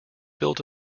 built